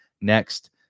next